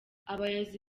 abayobozi